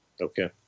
Okay